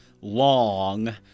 long